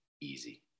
easy